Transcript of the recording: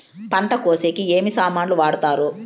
పంట కోసేకి ఏమి సామాన్లు వాడుతారు?